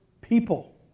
people